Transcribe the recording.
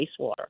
wastewater